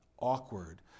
awkward